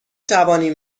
توانیم